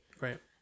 Right